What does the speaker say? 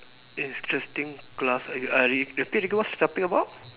interesting class I I repeat again what's the topic about